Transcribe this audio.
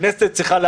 הכנסת צריכה